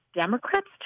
Democrats